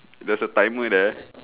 there's a timer there